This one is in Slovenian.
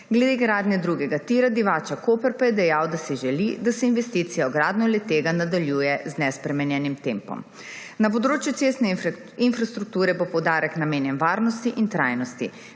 Glede gradnje drugega tira Divača–Koper pa je dejal, da si želi, da se investicija v gradnjo le-tega nadaljuje z nespremenjenim tempom. Na področju cestne infrastrukture bo poudarek namenjen varnosti in trajnosti.